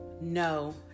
no